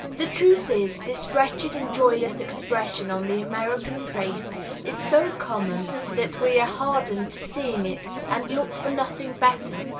the truth is, this wretched and joyless expression on the american face is so common that we are hardened to seeing it, and look for nothing better.